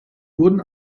wurden